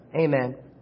amen